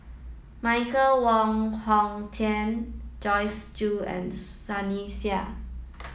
Michael Wong Hong Teng Joyce Jue and Sunny Sia